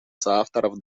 соавторов